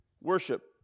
worship